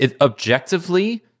objectively